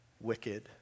Wicked